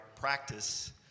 practice